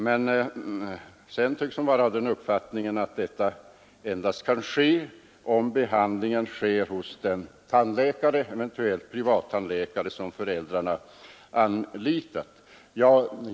Men sedan tycks fru Swartz vara av den uppfattningen att så kan ske endast om behandlingen utförs av den tandläkare — eventuellt privattandläkare — som föräldrarna anlitar.